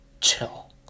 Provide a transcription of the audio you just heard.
Chill